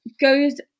goes